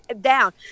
down